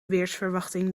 weersverwachting